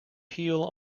heel